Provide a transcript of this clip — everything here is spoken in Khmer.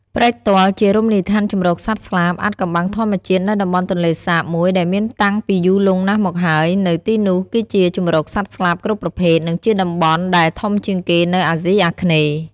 ព្រែកទាល់ជារមណីយដ្ឋានជំរកសត្វស្លាបអាថ៍កំបាំងធម្មជាតិនៅតំបន់ទន្លេសាបមួយដែលមានតាំងពីយូរលង់ណាស់មកហើយនៅទីនោះគឺជាជំរកសត្វស្លាបគ្រប់ប្រភេទនិងជាតំបន់ដែលធំជាងគេនៅអាសុីអាគ្នេយ៍។